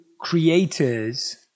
creators